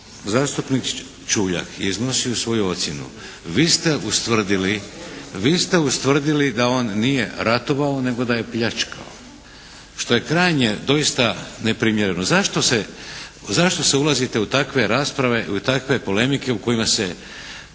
zastupnik Čuljak je iznosio svoju ocjenu. Vi ste ustvrdili, vi ste ustvrdili da on nije ratovao, nego da je pljačkao što je krajnje doista neprimjereno. Zašto ulazite u takve rasprave i u takve polemike u kojima se